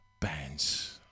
Bands